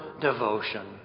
devotion